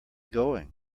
going